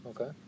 Okay